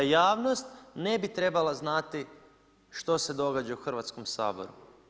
Da javnost ne bi trebala znati što se događa u Hrvatskom saboru.